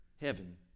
heaven